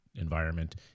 environment